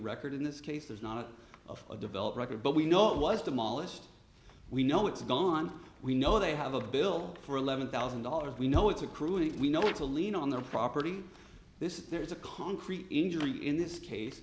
record in this case there's not of a developed record but we know it was demolished we know it's gone we know they have a bill for eleven thousand dollars we know it's accrued if we know it's a lien on their property this is there is a concrete injury in this case